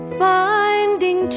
finding